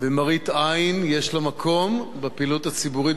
ומראית עין יש לה מקום בפעילות הציבורית